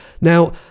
Now